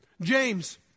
James